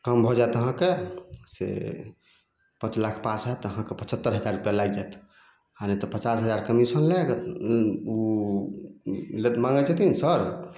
काम भऽ जायत अहाँके से पाँच लाख पास होयत अहाँके पचहत्तर हजार रुपैआ लागि जायत आओर नहि तऽ पचास हजार कमीशन लागत उ लेत माँगय छथिन सर